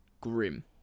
grim